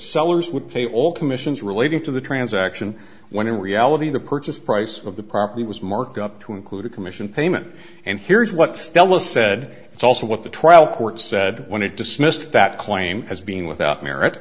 sellers would pay all commissions relating to the transaction when in reality the purchase price of the property was marked up to include a commission payment and here's what stella said it's also what the trial court said when it dismissed that claim as being without merit